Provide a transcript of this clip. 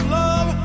love